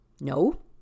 No